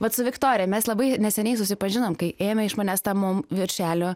vat su viktorija mes labai neseniai susipažinom kai ėmė iš manęs tą mo viršelio